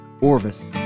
Orvis